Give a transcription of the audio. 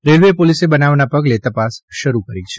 railway પોલીસે બનાવના પગલે તપાસ શરૂ કરી છે